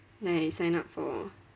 then I sign up for